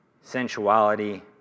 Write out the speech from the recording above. sensuality